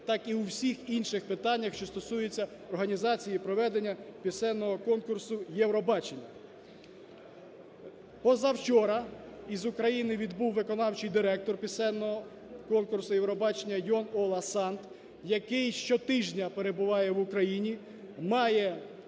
так і у всіх інших питаннях, що стосуються організації і проведення пісенного конкурсу "Євробачення". Позавчора із України відбув виконавчий директор пісенного конкурсу Євробачення Йон Ола Санд, який щотижня перебуває в Україні, має